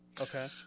Okay